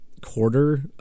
quarter